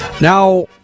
Now